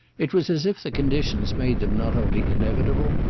it was as if the conditions made them not only inevitable,